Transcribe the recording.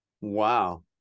Wow